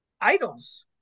idols